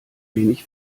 wenig